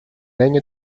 έννοια